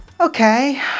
Okay